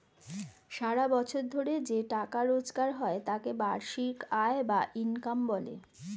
সারা বছর ধরে যে টাকা রোজগার হয় তাকে বার্ষিক আয় বা ইনকাম বলে